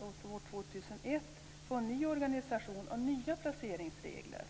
år 2001 få en ny organisation och nya placeringsregler.